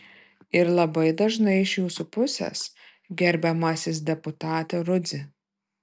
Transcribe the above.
ir labai dažnai iš jūsų pusės gerbiamasis deputate rudzy